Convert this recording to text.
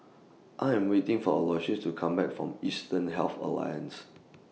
I Am waiting For Aloysius to Come Back from Eastern Health Alliance